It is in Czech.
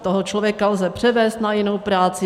Toho člověka lze převést na jinou práci.